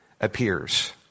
appears